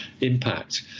impact